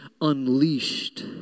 unleashed